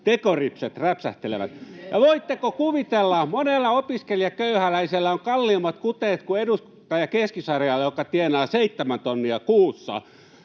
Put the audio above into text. tekoripset räpsähtelevät. Ja voitteko kuvitella — monella opiskelijaköyhäläisellä on kalliimmat kuteet kuin edustaja Keskisarjalla, joka tienaa seitsemän